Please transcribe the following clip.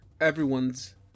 everyone's